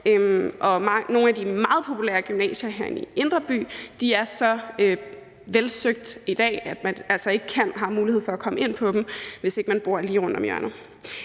Nogle af de meget populære gymnasier herinde i indre by er søgt i så høj grad i dag, at man altså ikke har mulighed for at komme ind på dem, hvis ikke man bor lige rundt om hjørnet.